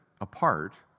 apart